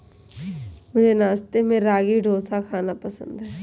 मुझे नाश्ते में रागी डोसा खाना पसंद है